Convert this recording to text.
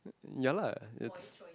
ya lah it's